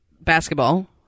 basketball